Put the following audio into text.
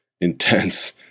intense